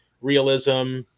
realism